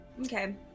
Okay